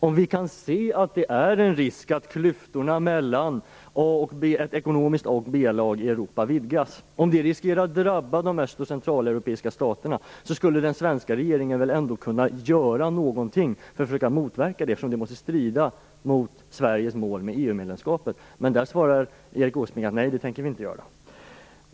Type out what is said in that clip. Om vi kan se att vidgade klyftor mellan ett ekonomiskt A och B-lag i Europa riskerar att drabba de öst och centraleuropeiska staterna, så borde väl ändå den svenska regeringen kunna göra någonting för att försöka motverka detta. Detta måste ju strida mot Sveriges mål med EU-medlemskapet. Men Erik Åsbrink svarar: Nej, det tänker vi inte göra.